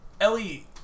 Ellie